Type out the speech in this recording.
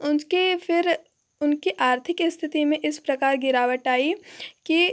उनके फिर उनकी आर्थिक स्थिति में इस प्रकार गिरावट आई कि